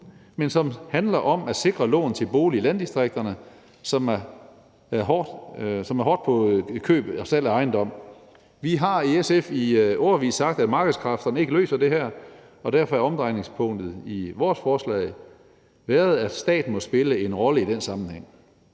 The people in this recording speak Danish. som handler om at sikre lån til bolig i landdistrikterne, et hårdt område, hvad angår køb og salg af ejendom. Vi har i SF i årevis sagt, at markedskræfterne ikke løser det her, og derfor har omdrejningspunktet i vores forslag været, at staten må spille en rolle i den sammenhæng.